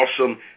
awesome